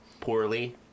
poorly